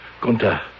Gunther